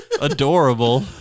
adorable